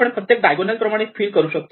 आपण प्रत्येक डायगोनल प्रमाणे फिल करू शकतो